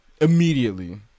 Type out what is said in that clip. Immediately